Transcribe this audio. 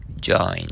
Join